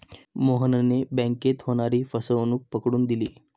मोहनने बँकेत होणारी फसवणूक पकडून दिली